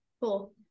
Cool